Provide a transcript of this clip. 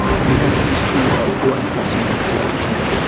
we have a history of one-party dictatorship,